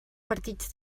partits